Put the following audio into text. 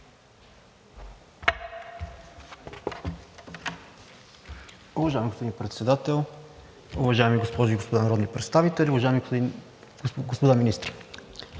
Уважаеми господин Председател, уважаеми госпожи и господа народни представители, уважаеми господа министри!